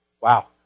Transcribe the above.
wow